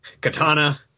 katana